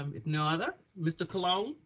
um if no other mr. colon.